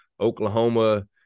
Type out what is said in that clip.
Oklahoma